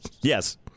yes